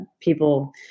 people